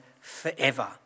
forever